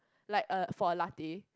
like uh for a latte